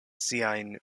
siajn